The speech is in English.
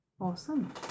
Awesome